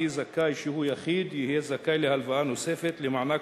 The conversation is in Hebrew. כי זכאי שהוא יחיד יהיה זכאי להלוואה נוספת ולמענק